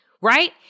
right